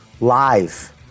Live